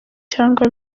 cyangwa